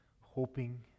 hoping